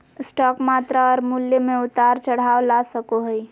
stock मात्रा और मूल्य में उतार चढ़ाव ला सको हइ